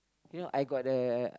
you know I got the